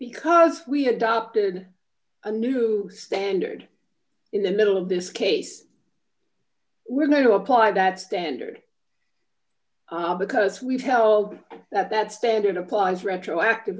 because we adopted a new standard in the middle of this case we're going to apply that standard because we've held that that standard applies retroactive